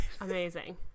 Amazing